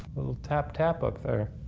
little tap tap up there.